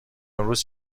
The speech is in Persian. امروز